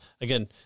again